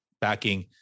backing